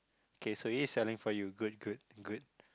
K so he is selling for you good good good